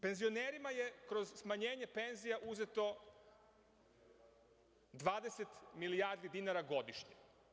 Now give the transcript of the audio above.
Penzionerima je kroz smanjenje penzija uzeto 20 milijardi dinara godišnje.